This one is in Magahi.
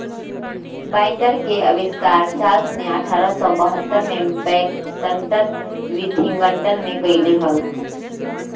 बाइंडर के आविष्कार चार्ल्स ने अठारह सौ बहत्तर में बैक्सटर विथिंगटन में कइले हल